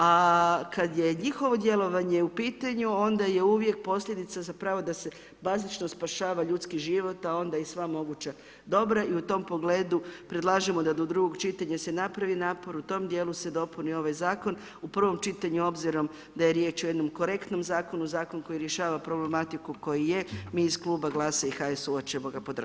A kad je njihovo djelovanje u pitanju, onda je uvijek posljedica za pravo, da se bazično spašava ljudski život, a onda i sva moguća dobra i u tom pogledu, predlažem da do drugog čitanja se napravi napor, u tom dijelu se dopuni ovaj zakon, u prvom čitanju, obzirom da je riječ o jednom korektnom zakonu, zakon koji rješava problematiku koji je, mi iz Kluba GLAS-a i HSU-a ćemo ga podržati.